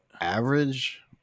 average